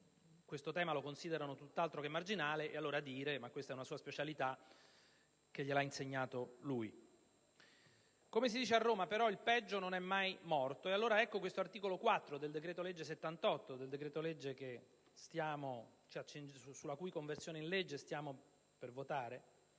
questo tema tutt'altro che marginale e allora ha detto - ma questa è una sua specialità - che gliel'ha insegnato lui. Come si dice a Roma, però, il peggio non è mai morto. Ecco quindi l'articolo 4 del decreto-legge n. 78, la cui conversione in legge stiamo per votare,